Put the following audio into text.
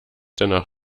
danach